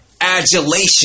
adulation